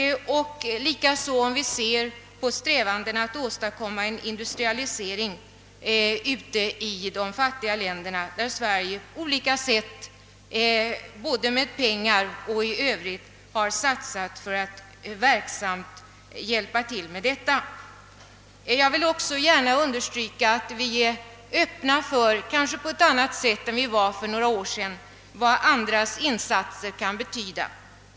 Och låt oss se på strävandena att åstadkomma en industrialisering i de fattiga länderna. Också där har Sverige både med pengar och med andra åtgärder satsat hårt för att hjälpen skall bli effektiv. Jag vill även understryka att vi nu kanske på ett annat sätt än för några år sedan är öppna för vad andras insatser kan betyda.